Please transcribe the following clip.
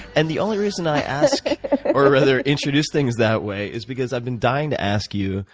and the only reason i ask or rather introduce things that way is because i'm been dying to ask you